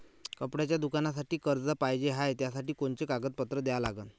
कपड्याच्या दुकानासाठी कर्ज पाहिजे हाय, त्यासाठी कोनचे कागदपत्र द्या लागन?